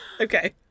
Okay